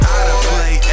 Out-of-play